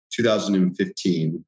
2015